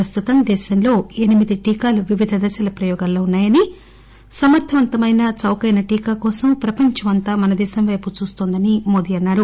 ప్రస్తుతం దేశంలో ఎనిమిది టీకాలు వివిధ దశల ప్రయోగాల్లో ఉన్నాయని సమర్దవంతమైన చౌకైన టీకా కోసం ప్రపంచం అంతా మన దేశం వైపు చూస్తోందని మోదీ అన్నారు